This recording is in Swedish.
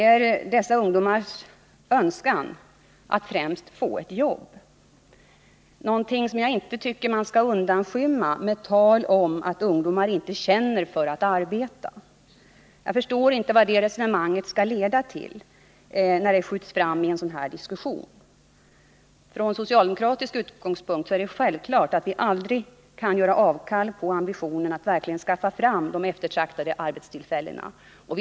Vad dessa ungdomar önskar är främst ett jobb. Man får då inte göra avkall på ambitionen att verkligen skaffa fram dessa eftertraktade arbetstillfällen och skylla ifrån sig med tal om att ”ungdomar inte känner för att arbeta”. Jag förstår inte vad det resonemanget var avsett att leda till i denna diskussion. Från socialdemokratisk utgångspunkt kan vi aldrig ge avkall på ambitionen att verkligen försöka skaffa fram arbetstillfällen åt ungdomarna.